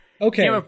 Okay